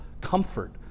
comfort